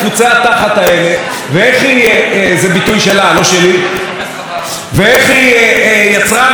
ואיך היא יצרה מצב שבו שוב הוכחנו לגבי משהו בתרבות הישראלית,